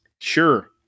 Sure